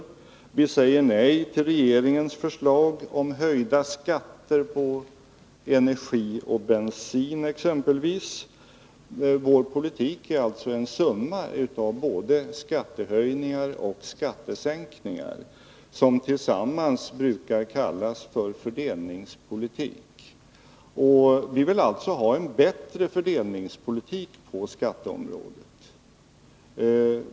Vi säger nej till regeringens förslag om höjda skatter, på energi och bensin exempelvis. Vår politik är alltså en summa av både skattehöjningar och skattesänkningar, som tillsammans brukar kallas för fördelningspolitik. Vi vill således ha en bättre fördelningspolitik på skatteområdet.